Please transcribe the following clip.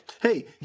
hey